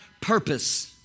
purpose